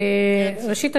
ראשית,